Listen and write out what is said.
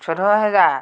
চৈধ্য হেজাৰ